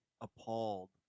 appalled